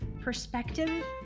perspective